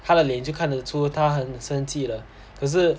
他的脸就看得出他很生气了可是